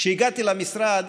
כשהגעתי למשרד,